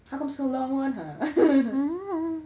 how come so long [one] !huh!